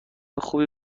خوبی